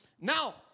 Now